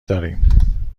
داریم